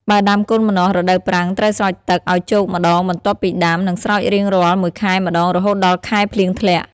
បើដាំកូនម្នាស់រដូវប្រាំង ត្រូវស្រោចទឹក ឲ្យជោគម្តងបន្ទាប់ពីដាំ និងស្រោចរៀងរាល់ ១ខែ ម្តងរហូតដល់ខែភ្លៀងធ្លាក់។